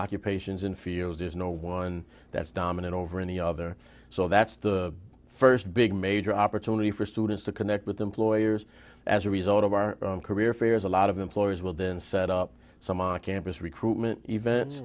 occupations and feels is no one that's dominant over any other so that's the first big major opportunity for students to connect with employers as a result of our career fairs a lot of employers will then set up some on campus recruitment event